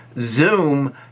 Zoom